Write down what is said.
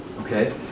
Okay